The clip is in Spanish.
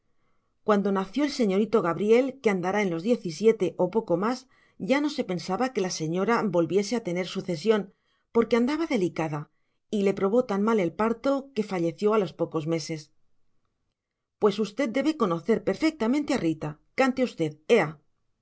cuando nació el señorito gabriel que andará en los diecisiete o poco más ya no se pensaba que la señora volviese a tener sucesión porque andaba delicada y le probó tan mal el parto que falleció a los pocos meses pues usted debe conocer perfectamente a rita cante usted